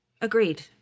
Agreed